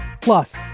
Plus